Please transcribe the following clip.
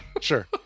sure